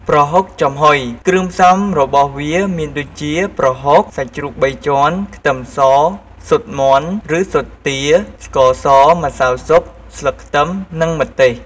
ប្រហុកចំហុយ គ្រឿងផ្សំរបស់វាមានដូចជា ប្រហុក សាច់ជ្រូកបីជាន់ ខ្ទឹមស ស៊ុតមាន់ ឬស៊ុតទា ស្ករស ម្សៅស៊ុប ស្លឹកខ្ទឹម និងម្ទេស។